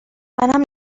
منم